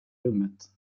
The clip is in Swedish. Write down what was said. rummet